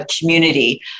community